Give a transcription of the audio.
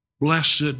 Blessed